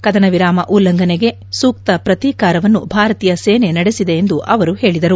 ಕದನ ವಿರಾಮ ಉಲ್ಲಂಘನೆಗೆ ಸೂಕ್ತ ಪ್ರತಿಕಾರವನ್ನು ಭಾರತಿಯ ಸೇನೆ ನಡೆಸಿದ ಎಂದು ಅವರು ಹೇಳಿದರು